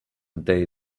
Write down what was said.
day